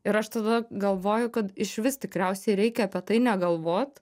ir aš tada galvoju kad išvis tikriausiai reikia apie tai negalvot